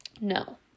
No